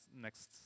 next